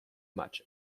much